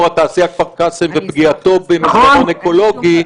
התעשייה כפר קאסם ופגיעתו במסדרון אקולוגי.